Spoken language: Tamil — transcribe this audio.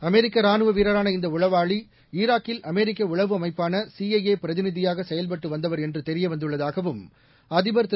அமெரிக்க ராணுவ வீரரான இந்த உளவாளி ஈராக்கில் அமெரிக்க உளவு அமைப்பான சிஐஏ பிரதிநிதியாக செயல்பட்டு வந்தவர் என்று தெரியவந்துள்ளதாகவும் அதிபர் திரு